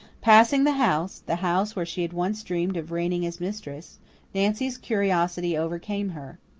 passing the house the house where she had once dreamed of reigning as mistress nancy's curiosity overcame her.